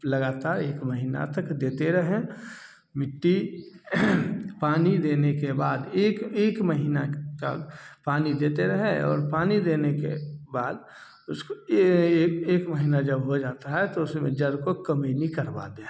लगातार एक महीना तक देते रहें मिट्टी पानी देने के बाद एक एक महीना का पानी देते रहें और पानी देने के बाद उसको एक एक महीना जब हो जाता है तो उसमे जड़ को कमयनी करवा दें